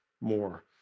more